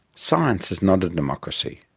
science is not a democracy.